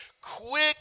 quick